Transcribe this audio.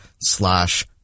slash